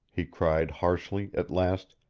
he cried, harshly, at last,